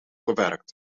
gewerkt